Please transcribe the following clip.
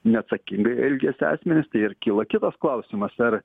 neatsakingai elgiasi asmenys tai ir kyla kitas klausimas ar